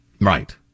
Right